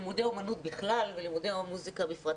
לימודי האומנות בכלל ולימודי המוסיקה בפרט.